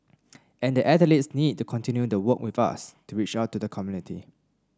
and the athletes need to continue to work with us to reach out to the community